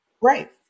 Right